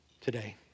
today